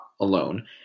alone